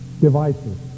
devices